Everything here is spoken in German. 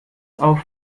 auf